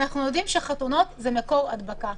אנחנו יודעים שחתונות הן מקור הדבקה,